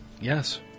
Yes